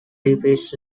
depicts